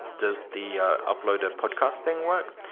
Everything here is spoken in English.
does the upload a podcast thing work?